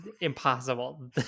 impossible